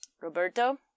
Roberto